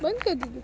બંધ કરી દીધું